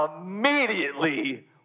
immediately